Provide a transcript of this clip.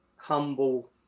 Humble